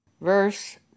verse